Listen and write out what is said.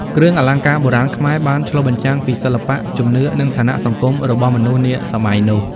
គ្រឿងអលង្ការបុរាណខ្មែរបានឆ្លុះបញ្ចាំងពីសិល្បៈ ជំនឿ និងឋានៈសង្គមរបស់មនុស្សនាសម័យនោះ។